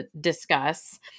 discuss